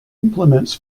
implements